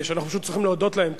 אנחנו פשוט צריכים להודות להם,